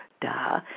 Duh